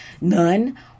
none